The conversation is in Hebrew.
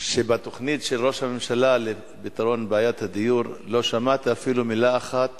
שבתוכנית של ראש הממשלה לפתרון בעיית הדיור לא שמעתי אפילו מלה אחת